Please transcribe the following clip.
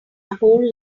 whole